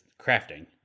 crafting